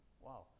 Wow